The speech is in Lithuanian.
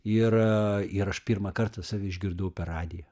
ir ir aš pirmą kartą save išgirdau per radiją